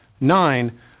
Nine